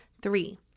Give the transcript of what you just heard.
Three